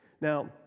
Now